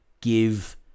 give